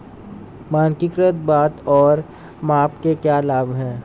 मानकीकृत बाट और माप के क्या लाभ हैं?